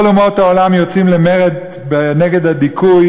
כל אומות העולם יוצאות למרד נגד הדיכוי